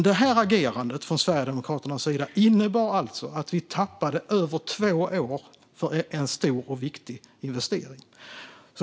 Det agerandet från Sverigedemokraternas sida innebar alltså att vi tappade över två år för en stor och viktig investering.